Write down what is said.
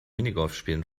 minigolfspielen